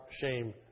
shame